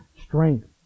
strength